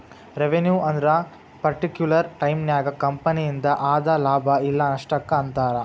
revenue ಅಂದ್ರ particular ಟೈಮನ್ಯಾಗ ಕಂಪನಿಯಿಂದ ಆದ ಲಾಭ ಇಲ್ಲ ನಷ್ಟಕ್ಕ ಅಂತಾರ